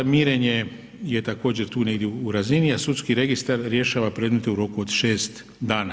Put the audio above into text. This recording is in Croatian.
Mirenje je također tu negdje u razini, s sudski registar rješava predmete u roku od 6 dana.